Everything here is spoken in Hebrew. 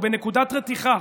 הוא בנקודת רתיחה.